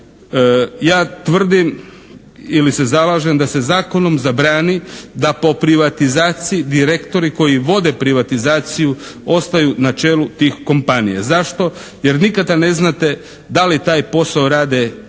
Ja tvrdim ili se zalažem da se zakonom zabrani da po privatizaciji direktori koji vode privatizaciju ostaju na čelu tih kompanija. Zašto? Jer nikada ne znate da li taj posao rade u interesu